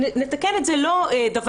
נתקן את זה לא דבר-דבר,